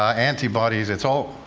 ah antibodies, it's all,